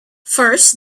first